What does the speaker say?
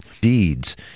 deeds